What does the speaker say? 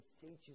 teaches